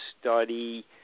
study